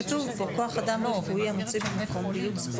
כול כמה זמן הרופאים נדרשים לריענון בדבר הזה?